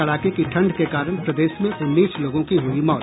कड़ाके की ठंड के कारण प्रदेश में उन्नीस लोगों की हुई मौत